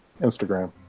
Instagram